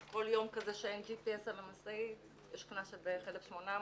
אז כל יום כזה שאין G.P.S על משאית יש קנס של בערך 1,800,